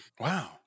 Wow